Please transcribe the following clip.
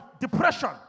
depression